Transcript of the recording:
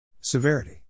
Severity